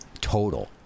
total